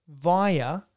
via